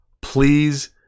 please